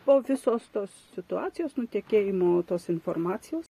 po visos tos situacijos nutekėjimo tos informacijos